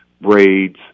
braids